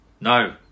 No